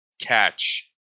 catch